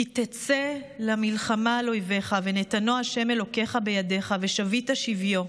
"כי תצא למלחמה על אֹיביך וּנְתָנוֹ ה' אלׄקיך בידֶך ושבית שִׁבְיוֹ".